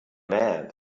mad